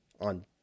on